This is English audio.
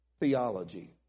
theology